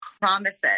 promises